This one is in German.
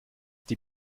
die